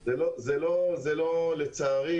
מפחידים אותנו זה באמת שהם רוצים לחוקק חוק לאקוני,